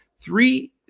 three